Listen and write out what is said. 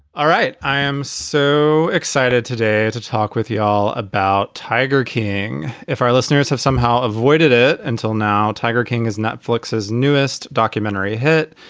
all right i am so excited today to talk with you all about tiger king. if our listeners have somehow avoided it until now, tiger king is netflix's newest documentary hit.